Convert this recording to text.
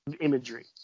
imagery